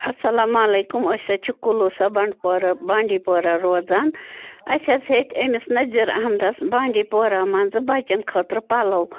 اَسَلامُ علیکُم أسۍ حظ چھِ کُلوٗسا بَنٛڈٕپورہ بانٛڈی پورہ روزان اَسہِ حظ ہیٚتۍ أمِس نزیٖر اَحمدَس بانٛڈی پورہ منٛزٕ بَچَن خٲطرٕ پَلو